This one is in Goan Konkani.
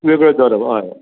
वेगळें दवरप हय